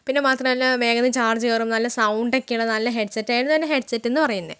പിന്നെ മാത്രമല്ല വേഗന്ന് ചാർജ് കയറും നല്ല സൗണ്ട് ഒക്കെയാണ് നല്ല ഹെഡ്സെറ്റ് ആയിരുന്നു എൻ്റെ ഹെഡ്സെറ്റ് എന്ന് പറയുന്നത്